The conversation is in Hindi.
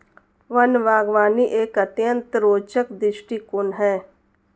वन बागवानी एक अत्यंत रोचक दृष्टिकोण है